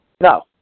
No